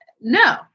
no